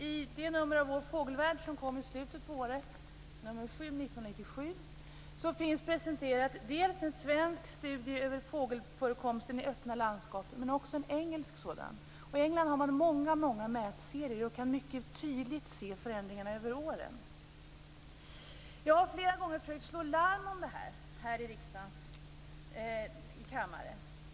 I det nummer av Vår fågelvärld som kom i slutet av året, nr 7 1997, finns presenterat dels en svensk studie av fågelförekomsten i öppna landskap, dels en engelsk sådan. I England finns det många mätserier, och det går att tydligt se förändringarna över åren. Jag har flera gånger försökt att slå larm här i kammaren.